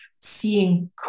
seeing